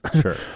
Sure